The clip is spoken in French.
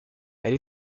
elle